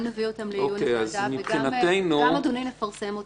אנחנו גם נביא אותם לעיון הוועדה וגם נפרסם אותם.